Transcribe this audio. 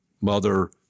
mother